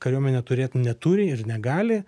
kariuomenė turėt neturi ir negali